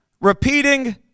repeating